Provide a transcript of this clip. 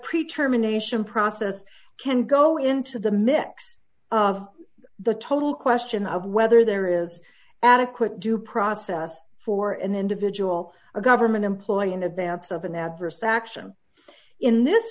pre term anation process can go into the mix of the total question of whether there is adequate due process for an individual or government employee in advance of an adverse action in this